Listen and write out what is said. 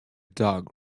dog